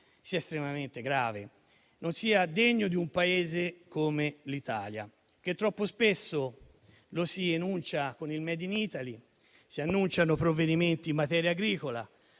sia estremamente grave, non sia degno di un Paese come l'Italia. Troppo spesso lo si enuncia con il *Made in Italy*. Si annunciano provvedimenti in materia agricola,